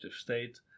state